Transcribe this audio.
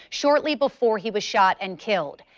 shortly before he was shot and killed.